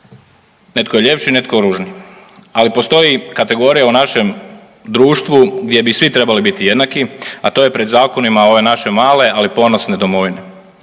netko je ljepši, netko je ružniji, ali postoji kategorija u našem društvu gdje bi svi trebali biti jednaki, a to je pred zakonima ove naše male ali ponosne domovine.